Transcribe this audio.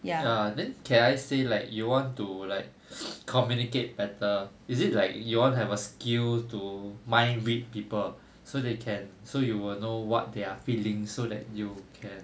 ya then can I say like you want to like communicate better is it like you want to have a skill to mind read people so they can so you will know what they're feeling so that you can